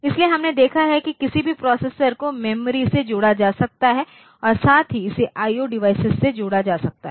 इसलिए हमने देखा है कि किसी भी प्रोसेसर को मेमोरी से जोड़ा जा सकता है और साथ ही इसे IO डिवाइसस से जोड़ा जा सकता है